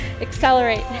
accelerate